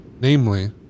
namely